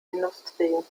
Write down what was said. industrie